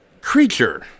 creature